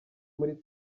muri